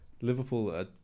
Liverpool